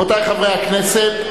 רבותי חברי הכנסת,